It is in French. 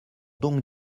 donc